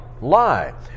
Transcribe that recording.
lie